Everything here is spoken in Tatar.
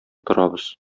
торабыз